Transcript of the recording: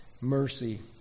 mercy